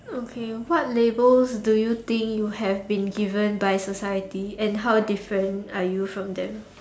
okay what labels do you think you have been given by society and how different are you from them